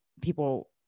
people